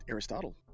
Aristotle